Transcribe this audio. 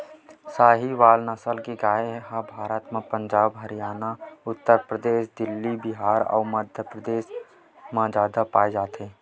साहीवाल नसल के गाय ह भारत म पंजाब, हरयाना, उत्तर परदेस, दिल्ली, बिहार अउ मध्यपरदेस म जादा पाए जाथे